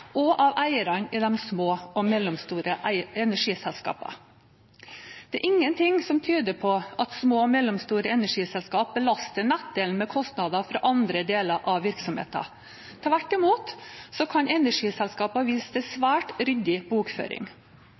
og av eierne i de små og mellomstore energiselskapene. Det er ingenting som tyder på at små og mellomstore energiselskaper belaster nettdelen med kostnader fra andre deler av virksomheten, tvert imot kan energiselskapene vise til svært ryddig bokføring.